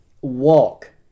walk